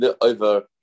over